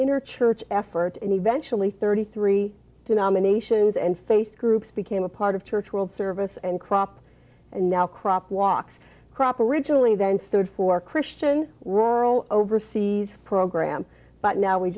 inner church effort and eventually thirty three denominations and faith groups became a part of church world service and crop and now crop walks crop originally then stood for christian rural overseas program but now we